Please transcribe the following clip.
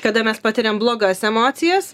kada mes patiriam blogas emocijas